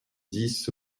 dix